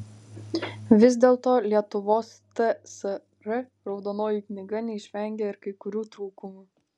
vis dėlto lietuvos tsr raudonoji knyga neišvengė ir kai kurių trūkumų